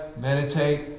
meditate